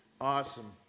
Awesome